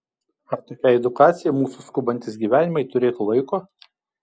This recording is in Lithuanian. ar tokiai edukacijai mūsų skubantys gyvenimai turėtų laiko